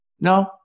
no